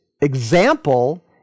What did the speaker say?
example